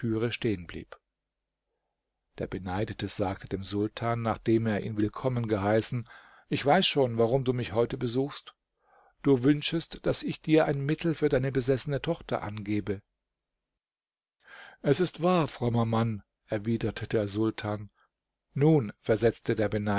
stehen blieb der beneidete sagte dem sultan nachdem er ihn willkommen geheißen ich weiß schon warum du mich heute besuchst du wünschest daß ich dir ein mittel für deine besessene tochter angebe es ist wahr frommer mann erwiderte der sultan nun versetzte der